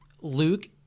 Luke